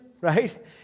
right